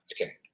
Okay